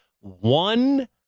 one